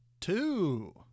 Two